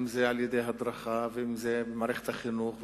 אם זה על-ידי הדרכה ואם זה במערכת החינוך,